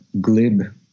glib